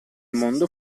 mondo